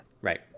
Right